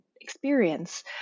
experience